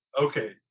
okay